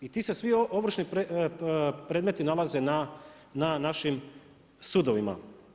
I ti se svi ovršni predmeti nalaze na našim sudovima.